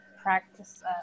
practice